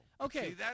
Okay